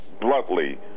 bluntly